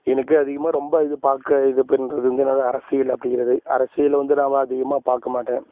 எனக்கு அதிகமாக ரொம்ப இது பார்க்க இது பண்றது வந்து என்னது அரசியல் அப்படிங்கறது அரசியல் வந்து நான் வ அதிகமாக பார்க்கமாட்டேன்